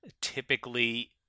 typically